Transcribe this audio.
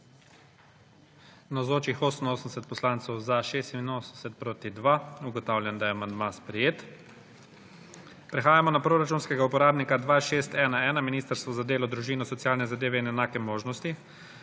2. (Za je glasovalo 86.) (Proti 2.) Ugotavljam, da je amandma sprejet. Prehajamo na proračunskega uporabnika 2611 Ministrstvo za delo, družino, socialne zadeve in enake možnosti.